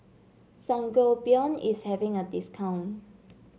Sangobion is having a discount